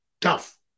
tough